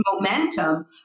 momentum